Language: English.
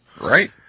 Right